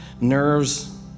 nerves